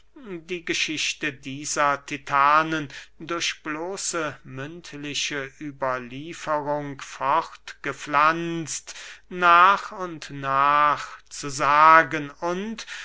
die geschichte der titanen durch bloße mündliche überlieferung fortgepflanzt nach und nach zu sagen und